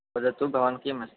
वदतु भवान् किम् अस्ति